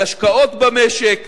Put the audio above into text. על השקעות במשק,